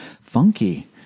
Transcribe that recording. Funky